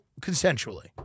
consensually